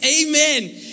Amen